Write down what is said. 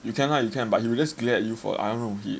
you can lah you can but he will just glare at you for I don't know he